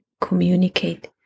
communicate